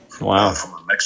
Wow